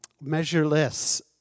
measureless